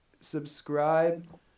subscribe